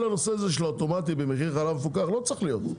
כל הנושא של האוטומטי במחיר חלב מפוקח לא צריך להיות.